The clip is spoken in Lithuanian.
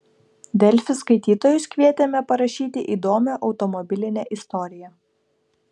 delfi skaitytojus kvietėme parašyti įdomią automobilinę istoriją